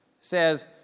says